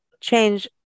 change